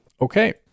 Okay